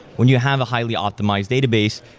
when you have a highly optimized database,